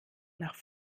nach